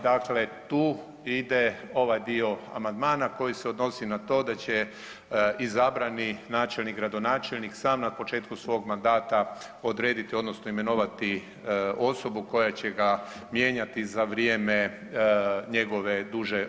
Dakle, tu ide ovaj dio amandmana koji se odnosi na to da će izabrani načelnik, gradonačelnik sam na početku svog mandata odrediti, odnosno imenovati osobu koja će ga mijenjati za vrijeme njegove duže